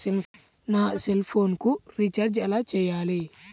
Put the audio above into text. నా సెల్ఫోన్కు రీచార్జ్ ఎలా చేయాలి?